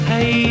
Hey